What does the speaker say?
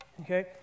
okay